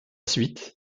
suite